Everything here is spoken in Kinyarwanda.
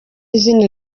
izina